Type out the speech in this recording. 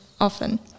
often